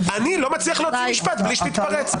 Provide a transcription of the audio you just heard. אני לא מצליח להוציא משפט בלי שתתפרץ.